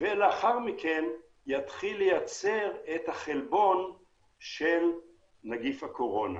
ולאחר מכן יתחיל לייצר את החלבון של נגיף הקורונה.